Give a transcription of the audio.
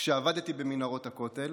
כשעבדתי במנהרות הכותל.